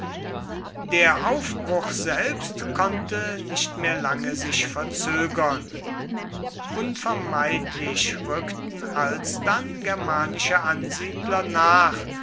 der aufbruch selbst konnte nicht mehr lange sich verzögern unvermeidlich rückten alsdann germanische ansiedler nach